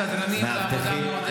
סדרנים בעבודה מועדפת.